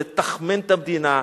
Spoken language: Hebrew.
לתכמן את המדינה,